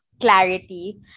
clarity